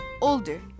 older